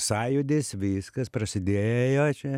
sąjūdis viskas prasidėjo čia